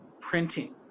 printing